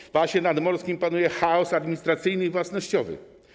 W pasie nadmorskim panuje chaos administracyjny i własnościowy.